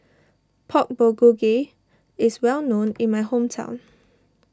Pork Bulgogi is well known in my hometown